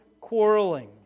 quarreling